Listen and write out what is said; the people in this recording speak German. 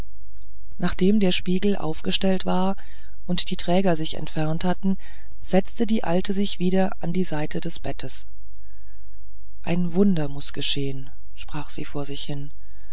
nachdem der spiegel aufgestellt war und die träger sich entfernt hatten setzte die alte sich wieder an die seite des bettes ein wunder muß geschehen sprach sie vor sich hin